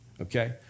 okay